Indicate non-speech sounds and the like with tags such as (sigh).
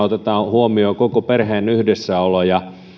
(unintelligible) otetaan huomioon koko perheen yhdessäolo ja